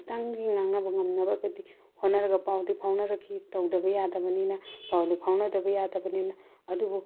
ꯈꯤꯇꯪꯗꯤ ꯉꯥꯡꯅꯕ ꯉꯝꯅꯕ ꯍꯣꯠꯅꯔꯒ ꯄꯥꯎꯗꯤ ꯐꯥꯎꯅꯔꯛꯈꯤ ꯇꯧꯗꯕ ꯌꯥꯗꯕꯅꯤꯅ ꯄꯥꯎꯗꯣ ꯐꯥꯎꯅꯗꯕ ꯌꯥꯗꯕꯅꯤꯅ ꯑꯗꯨꯕꯨ